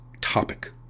topic